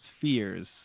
fears